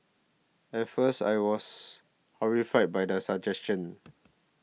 at first I was horrified by the suggestion